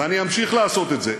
ואני אמשיך לעשות את זה,